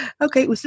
okay